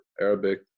Arabic